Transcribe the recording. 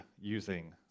using